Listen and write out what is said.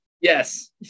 Yes